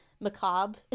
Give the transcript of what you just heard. macabre